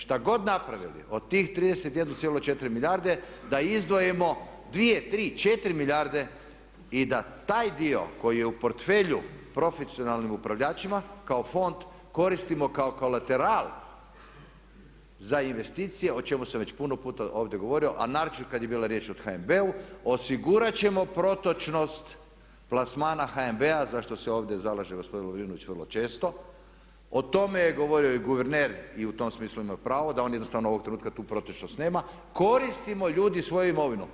Što god napravili od tih 31.4 milijarde da izdvojimo 2, 3, 4 milijarde i da taj dio koji je u portfelju profesionalnim upravljačima kao fond koristimo kao kalateral za investicije o čemu sam već puno puta ovdje govorio a naročito kad je bilo riječ o HNB-u, osigurat ćemo protočnost plasmana HNB-a za što se ovdje zalaže gospodin Lovrinović vrlo često o tome je govorio i guverner i u tom smislu ima pravo da on jednostavno ovog trenutka tu protočnost nema, koristimo ljudi svoju imovinu.